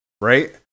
right